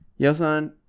Yosan